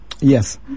Yes